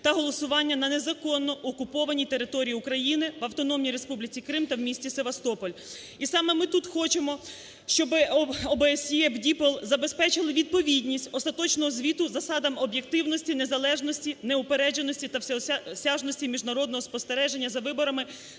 та голосування на незаконно окупованій території України в Автономній Республіці Крим та в місті Севастополь. І саме ми тут хочемо, щоб ОБСЄ/БДІПЛ забезпечили відповідність остаточного звіту засадам об'єктивності, незалежності, неупередженості та всеосяжності міжнародного спостереження за виборами,